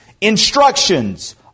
Instructions